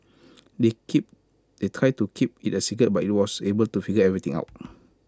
they keep they tried to keep IT A secret but he was able to figure everything out